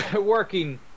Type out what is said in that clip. working